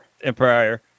empire